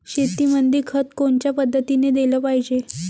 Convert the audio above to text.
शेतीमंदी खत कोनच्या पद्धतीने देलं पाहिजे?